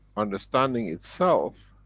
understanding itself,